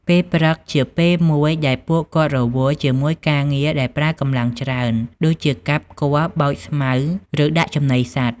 ពេលព្រឹក ជាពេលមួយដែលពួកគាត់រវល់ជាមួយការងារដែលប្រើកម្លាំងច្រើន ដូចជាកាប់ គាស់ បោចស្មៅ ឬដាក់ចំណីសត្វ។